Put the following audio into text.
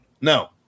No